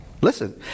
Listen